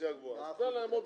אז תל אביב,